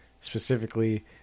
specifically